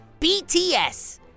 BTS